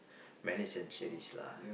many centuries lah